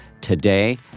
today